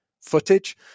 footage